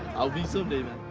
i'll be someday